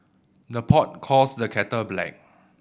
the pot calls the kettle black